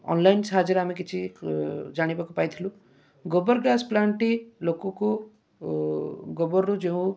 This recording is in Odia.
ଅନ୍ଲାଇନ୍ ସାହାଯ୍ୟରେ ଆମେ କିଛି ଜାଣିବାକୁ ପାଇଥିଲୁ ଗୋବର ଗ୍ୟାସ୍ ପ୍ଲାଣ୍ଟ୍ଟି ଲୋକକୁ ଗୋବରରୁ ଯେଉଁ